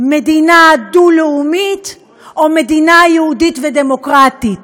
מדינה דו-לאומית או מדינה יהודית ודמוקרטית.